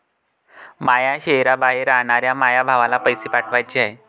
माया शैहराबाहेर रायनाऱ्या माया भावाला पैसे पाठवाचे हाय